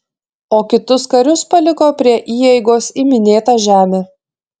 o kitus karius paliko prie įeigos į minėtą žemę